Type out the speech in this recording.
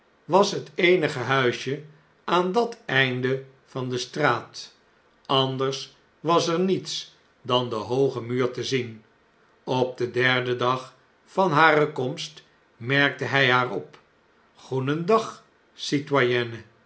was het eenige huisje aan dat einde van de straat anders was er niets dan de hooge muur te zien op den derden dag van hare komst merkte kg haar op goedendag